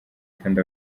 kandi